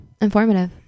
Informative